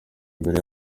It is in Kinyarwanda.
mbere